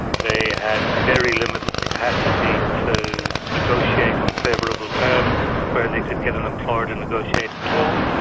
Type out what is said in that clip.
they had very limited capacity to negotiate on favourable terms where they could get an employer to negotiate at all,